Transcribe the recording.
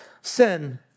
Sin